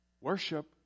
worship